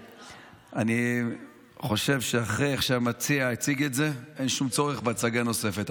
אני חושב שאחרי איך שהמציע הציג את זה אין שום צורך בהצגה נוספת.